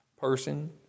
person